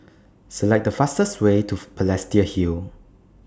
Select The fastest Way to Balestier Hill